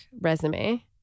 resume